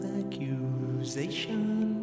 accusation